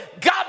God